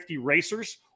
racers